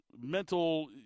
mental